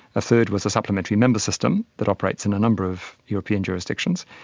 a third was a supplementary member system that operates in a number of european jurisdictions,